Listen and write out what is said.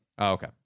Okay